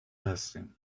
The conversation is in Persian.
هستیم